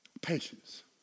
Patience